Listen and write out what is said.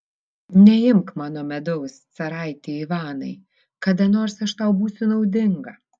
neimk mano medaus caraiti ivanai kada nors aš tau būsiu naudinga